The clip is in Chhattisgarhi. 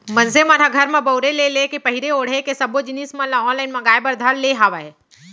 मनसे मन ह घर म बउरे ले लेके पहिरे ओड़हे के सब्बो जिनिस मन ल ऑनलाइन मांगए बर धर ले हावय